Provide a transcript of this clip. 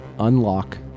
unlock